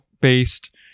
based